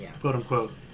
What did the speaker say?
quote-unquote